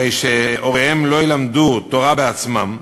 הוריהם לא ילמדו תורה בעצמם,